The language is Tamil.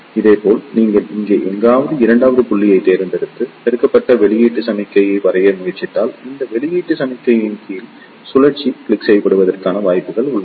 இதேபோல் நீங்கள் இங்கே எங்காவது இரண்டாவது புள்ளியைத் தேர்ந்தெடுத்து பெருக்கப்பட்ட வெளியீட்டு சமிக்ஞையை வரைய முயற்சித்தால் இந்த வெளியீட்டு சமிக்ஞையின் கீழ் சுழற்சி கிளிப் செய்யப்படுவதற்கான வாய்ப்புகள் உள்ளன